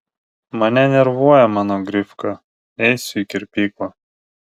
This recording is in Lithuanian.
mane nervuoja mano grifka eisiu į kirpyklą